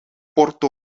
porto